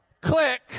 click